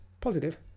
positive